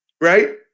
Right